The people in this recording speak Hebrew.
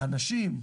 לאנשים,